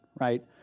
right